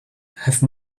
have